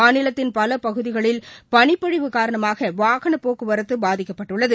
மாநிலத்தின் பல பகுதிகளில் பனிப்பொழிவு காரணமாக வாகனப் போக்குவரத்து பாதிக்கப்பட்டுள்ளது